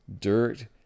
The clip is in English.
dirt